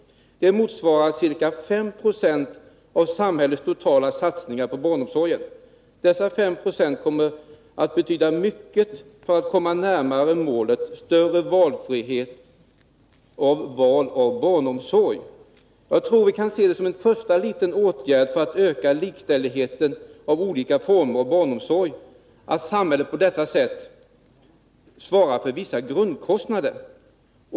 Det motsvarar ca 5 70 av samhällets totala resurser till barnomsorgen. Dessa 5 Yo kommer att betyda mycket för våra möjligheter att komma närmare målet större frihet vid val av barnomsorg. Att samhället på detta sätt svarar för vissa grundkostnader tror jag kan ses som en första mindre åtgärd för att öka likställigheten när det gäller olika former av barnomsorg.